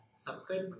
subscribe